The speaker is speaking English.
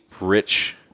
rich